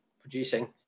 producing